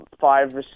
five